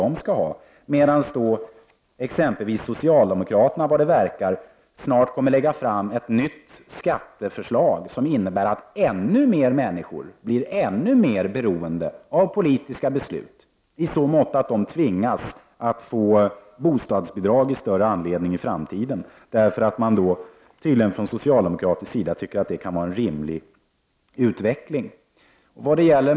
Socialdemokraterna däremot, kommer vad det verkar snart att lägga fram ett nytt skatteförslag som innebär att ännu fler människor blir ännu mer beroende av politiska beslut i så måtto att de i framtiden i större utsträckning tvingas ta bostadsbidrag. Socialdemokraterna tycker tydligen att detta kan var en rimlig utveckling.